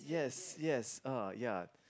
yes yes uh ya